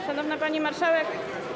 Szanowna Pani Marszałek!